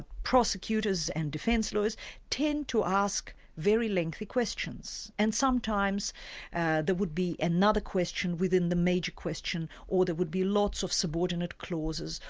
prosecutors and defence lawyers tend to ask very lengthy questions, and sometimes and there would be another question within the major question or there would be lots of subordinate clauses,